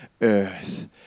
earth